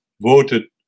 voted